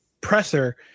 presser